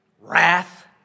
wrath